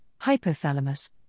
hypothalamus